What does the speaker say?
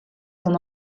son